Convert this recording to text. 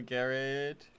Garrett